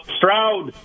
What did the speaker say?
Stroud